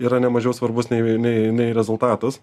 yra ne mažiau svarbus nei nei nei rezultatas